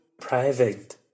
private